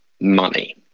money